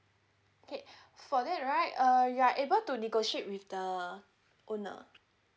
okay for that right uh you are able to negotiate with the owner